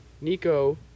Nico